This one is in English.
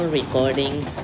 recordings